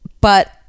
but-